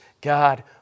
God